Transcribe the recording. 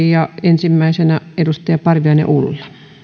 ja ensimmäisenä edustaja parviainen ulla